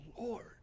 Lord